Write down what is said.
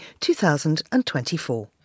2024